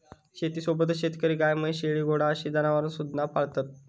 शेतीसोबतच शेतकरी गाय, म्हैस, शेळी, घोडा अशी जनावरांसुधिक पाळतत